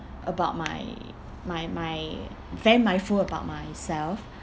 about my my my very mindful about myself